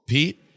Pete